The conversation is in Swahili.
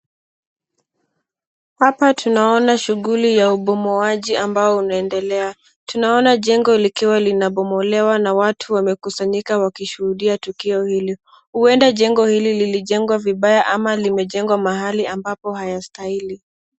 Hapa tunaona shughuli ya ubomoaji inayoendelea. Tunaona jengo lililokuwa likibomolewa na watu wamekusanyika wakishuhudia tukio hili. Huenda jengo hili lilijengwa vibaya ama limejengwa mahali ambapo halifai.